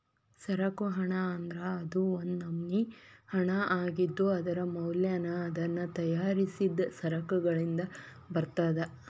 ಸರಕು ಹಣ ಅಂದ್ರ ಅದು ಒಂದ್ ನಮ್ನಿ ಹಣಾಅಗಿದ್ದು, ಅದರ ಮೌಲ್ಯನ ಅದನ್ನ ತಯಾರಿಸಿದ್ ಸರಕಗಳಿಂದ ಬರ್ತದ